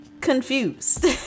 confused